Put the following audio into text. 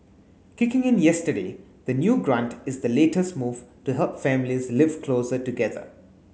kicking in yesterday the new grant is the latest move to help families live closer together